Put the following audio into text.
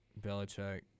Belichick